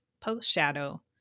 post-shadow